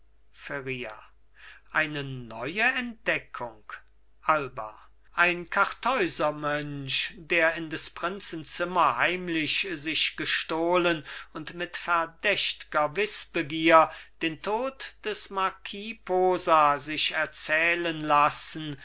feria eine neue entdeckung alba ein kartäusermönch der in des prinzen zimmer heimlich sich gestohlen und mit verdächtger wißbegier den tod des marquis posa sich erzählen lassen